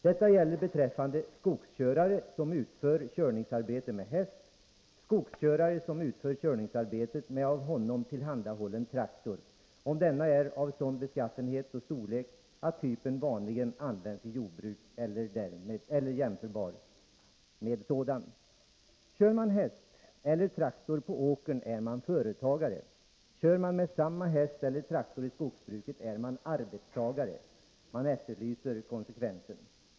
Detta gäller beträffande —- skogskörare, som utför körningsarbetet med av honom tillhandahållen traktor, om denna är av sådan beskaffenhet och storlek att typen vanligen används i jordbruk eller är jämförbar med sådan.” Kör man häst eller traktor på åkern är man företagare. Kör man med samma häst eller traktor i skogsbruket är man arbetstagare. Konsekvensen efterlyses.